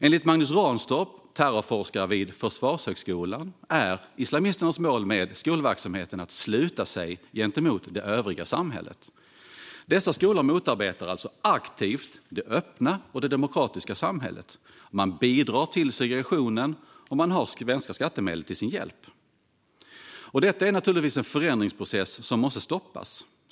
Enligt Magnus Ranstorp, terrorforskare vid Försvarshögskolan, är islamisternas mål med skolverksamheten att sluta sig gentemot det övriga samhället. Dessa skolor motarbetar alltså aktivt det öppna och demokratiska samhället. Man bidrar till segregationen, och man har svenska skattemedel till sin hjälp. Detta är en förändringsprocess som måste stoppas.